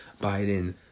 Biden